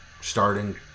starting